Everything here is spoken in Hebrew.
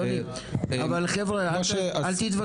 תודה רבה, אייל.